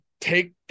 take